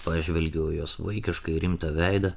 pažvelgiau į jos vaikiškai rimtą veidą